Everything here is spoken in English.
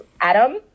Adam